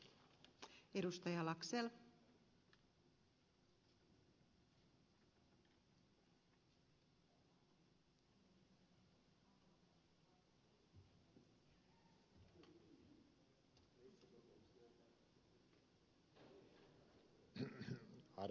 arvoisa rouva puhemies